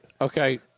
Okay